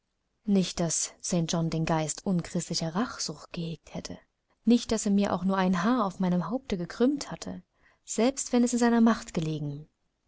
nicht daß st john den geist unchristlicher rachsucht gehegt hätte nicht daß er mir auch nur ein haar auf meinem haupte gekrümmt hätte selbst wenn es in seiner macht gelegen